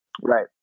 right